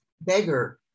beggar